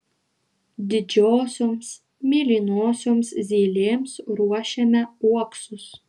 didžiosioms mėlynosioms zylėms ruošiame uoksus